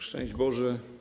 Szczęść Boże!